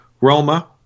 Roma